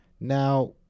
Now